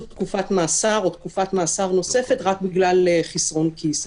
תקופת מאסר או תקופת מאסר נוספת רק בגלל חסרון כיס.